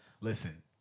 Listen